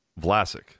Vlasic